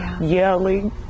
yelling